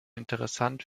interessant